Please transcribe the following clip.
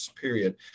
period